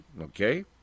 Okay